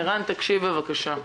ערן, תקשיב, בבקשה.